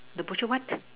the butcher what